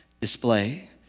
display